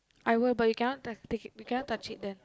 I will but you cannot take it you cannot touch it then